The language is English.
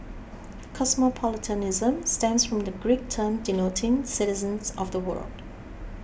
cosmopolitanism stems from the Greek term denoting citizens of the world